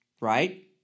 right